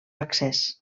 accés